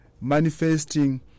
manifesting